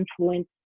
influence